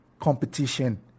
competition